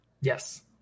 Yes